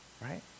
right